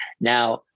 Now